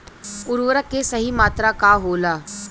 उर्वरक के सही मात्रा का होला?